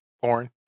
porn